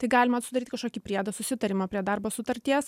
tai galima sudaryt kažkokį priedą susitarimą prie darbo sutarties